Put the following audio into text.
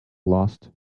lost